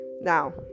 now